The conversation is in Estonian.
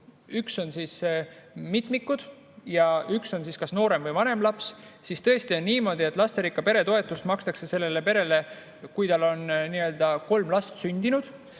kaks on mitmikud ja üks on neist kas noorem või vanem laps, siis on niimoodi, et lasterikka pere toetust makstakse sellele perele, kui on kolm last sündinud.